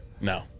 no